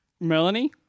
Melanie